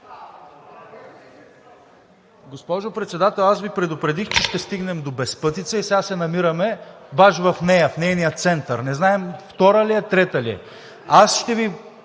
Госпожо Председател, аз Ви предупредих, че ще стигнем до безпътица, и сега се намираме баш в нея, в нейния център – не знаем втора ли е, трета ли е. Аз ще Ви